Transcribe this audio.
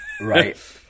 Right